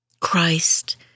Christ